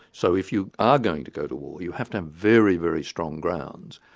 so if you are going to go to war, you have to have very, very strong grounds,